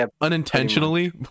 unintentionally